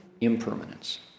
impermanence